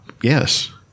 Yes